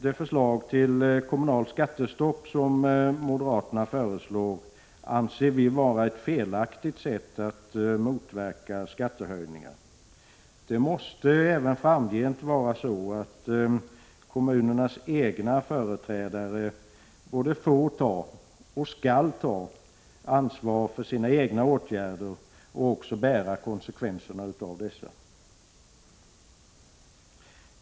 Det förslag till kommunalt skattestopp som moderaterna lägger fram, anser vi innebära ett felaktigt sätt att motverka skattehöjningar. Det måste även framgent vara så att kommunernas egna företrädare får och skall ta ansvar för sina egna åtgärder och också bära konsekvenserna för dessa.